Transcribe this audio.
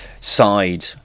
side